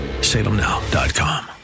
Salemnow.com